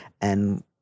and-